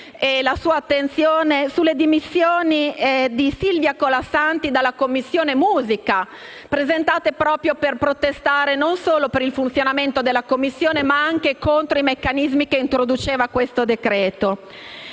Franceschini sulle dimissioni di Silvia Colasanti dalla commissione musica, presentate per protestare non solo per il funzionamento della commissione, ma anche contro i meccanismi introdotti dal suddetto decreto.